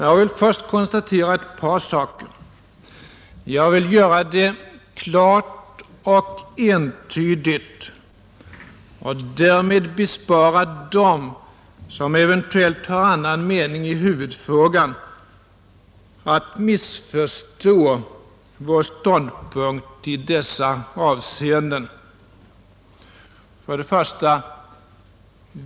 Jag vill först konstatera ett par saker, Jag vill göra det klart och entydigt och därmed bespara dem som eventuellt har annan mening i huvudfrågan att missförstå vår ståndpunkt i dessa avseenden. 1.